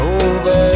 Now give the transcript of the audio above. over